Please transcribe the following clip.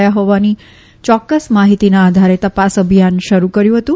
યા અંગેની ચોક્કસ માહિતીના આધારે તપાસ અભિયાન શરૂ કર્યું હતું